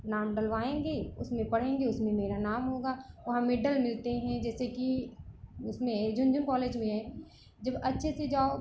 नाम डलवाऍंगे उसमें पढ़ेंगे उसमें मेरा नाम होगा वहाँ मेडल मिलते है जैसे कि उसमें है झुनझुन कॉलेज में है जब अच्छे से जाओ